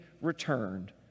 returned